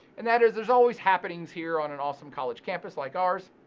and that is there's always happenings here on an awesome college campus like ours